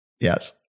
Yes